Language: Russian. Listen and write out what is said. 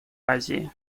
азии